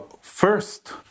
first